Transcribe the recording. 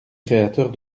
créateurs